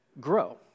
grow